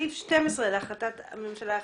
בסעיף 12 להחלטת הממשלה 1403,